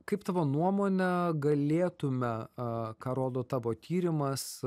kaip tavo nuomone galėtume a ką rodo tavo tyrimas